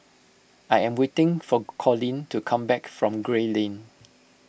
I am waiting for Collin to come back from Gray Lane